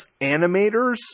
animators